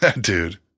Dude